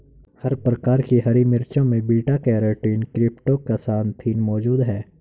हर प्रकार की हरी मिर्चों में बीटा कैरोटीन क्रीप्टोक्सान्थिन मौजूद हैं